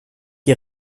qui